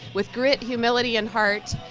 with grit humility and heart.